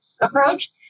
approach